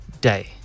day